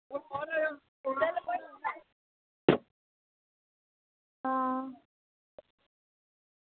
हां